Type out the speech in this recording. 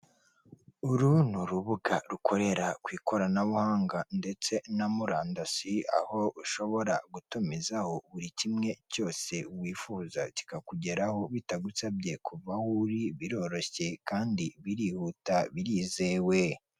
Uru ni urubuga rukorera ku ikoranabuhanga ndetse na murandasi aho ushobora gutumizaho buri kimwe cyose wifuza kikakugeraho bitagusabye kuva aho uri biroroshye kandi birihuta birizewe.